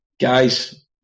Guys